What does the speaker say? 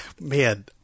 Man